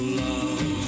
love